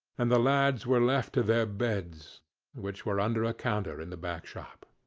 and the lads were left to their beds which were under a counter in the back-shop.